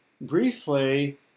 briefly